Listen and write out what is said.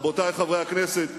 רבותי חברי הכנסת,